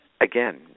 again